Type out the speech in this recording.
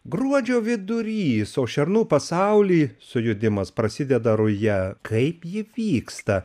gruodžio vidurys o šernų pasauly sujudimas prasideda ruja kaip ji vyksta